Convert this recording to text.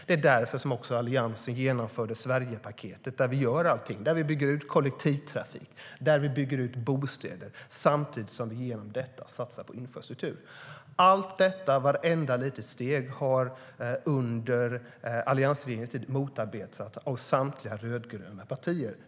Det är också därför som Alliansen genomförde Sverigepaketet där vi bygger ut kollektivtrafik och bygger fler bostäder samtidigt som vi genom detta satsar på infrastruktur. Allt det här, vartenda litet steg, har under alliansregeringens tid motarbetats av samtliga rödgröna partier.